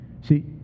See